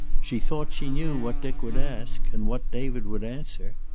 she thought she knew what dick would ask, and what david would answer.